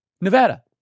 Nevada